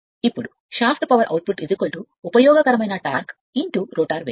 ఇప్పుడు shaft power output ఉపయోగకరమైన torque rotor వేగం